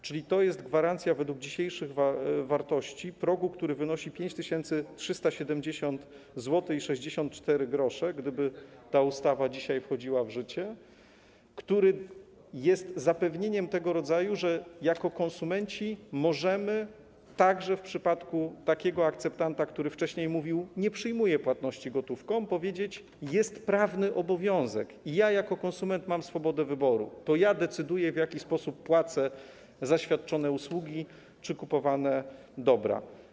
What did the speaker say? Czyli to jest gwarancja, według dzisiejszych wartości, progu, który wynosi 5370,64 zł, gdyby ta ustawa dzisiaj wchodziła w życie, progu, który jest zapewnieniem tego rodzaju, że jako konsumenci możemy, także w przypadku takiego akceptanta, który wcześniej mówił: nie przyjmuję płatności gotówką, powiedzieć: jest prawny obowiązek i ja jako konsument mam swobodę wyboru, to ja decyduję, w jaki sposób płacę za świadczone usługi czy kupowane dobra.